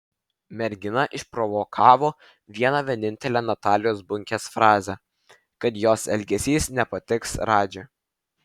merginą išprovokavo viena vienintelė natalijos bunkės frazė kad jos elgesys nepatiks radži